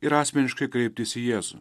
ir asmeniškai kreiptis į jėzų